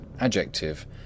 Adjective